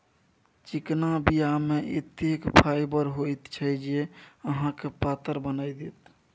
चिकना बीया मे एतेक फाइबर होइत छै जे अहाँके पातर बना देत